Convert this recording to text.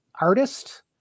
artist